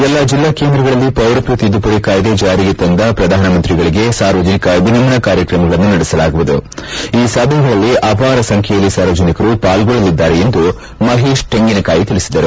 ಎಲ್ಲಾ ಜಿಲ್ಲಾ ಕೇಂದ್ರಗಳಲ್ಲಿ ಪೌರತ್ವ ತಿದ್ದುಪಡಿ ಕಾಯ್ದೆ ಜಾರಿಗೆ ತಂದ ಪ್ರಧಾನ ಮಂತ್ರಗಳಿಗೆ ಸಾರ್ವಜನಿಕ ಅಭಿನಂದನಾ ಕಾರ್ಯಕ್ರಮಗಳನ್ನು ನಡೆಸಲಾಗುವುದು ಈ ಸಭೆಗಳಲ್ಲಿ ಅಪಾರ ಸಂಖ್ಯೆಯಲ್ಲಿ ಸಾರ್ವಜನಿಕರು ಪಾಲ್ಗೊಳ್ಳಲಿದ್ದಾರೆ ಎಂದು ಮಹೇಶ್ ಟೆಂಗಿನ ಕಾಯಿ ತಿಳಿಸಿದರು